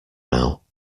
now